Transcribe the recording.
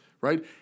right